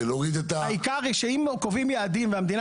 ולהוריד את --- העיקר שאם קובעים יעדים והמדינה